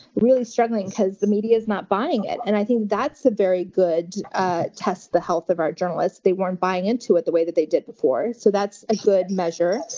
really struggling, because the media is not buying it. and i think that's a very good ah test of the health of our journalists. they weren't buying into it the way that they did before, so that's a good measure.